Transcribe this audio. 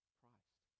Christ